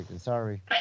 Sorry